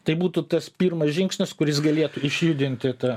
tai būtų tas pirmas žingsnis kuris galėtų išjudinti tą